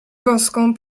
boską